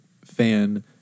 fan